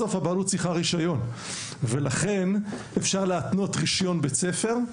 בסוף הבעלות צריכה רישיון ולכן אפשר להתנות רישיון בית ספר,